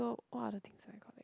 so !wah! the things I got like